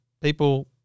people